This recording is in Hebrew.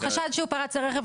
אז חשד שהוא פרץ לרכב,